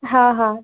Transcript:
हा हा